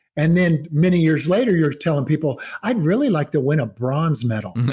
and then many years later you're telling people, i'd really like to win a bronze medal.